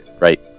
Right